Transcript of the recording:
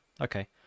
okay